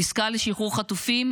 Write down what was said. עסקה לשחרור חטופים,